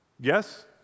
Yes